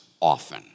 often